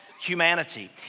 humanity